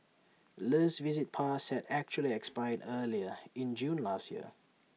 let's visit pass had actually expired earlier in June last year